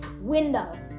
Window